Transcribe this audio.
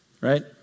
Right